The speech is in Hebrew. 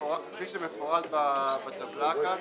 במסגרת הפנייה שבנדון